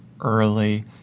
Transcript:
early